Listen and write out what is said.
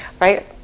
right